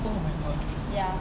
oh my god